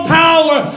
power